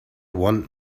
want